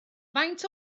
faint